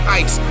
ice